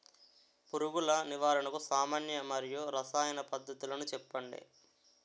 పురుగుల నివారణకు సామాన్య మరియు రసాయన పద్దతులను చెప్పండి?